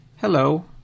Hello